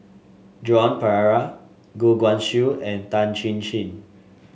Joan Pereira Goh Guan Siew and Tan Chin Chin